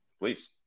Please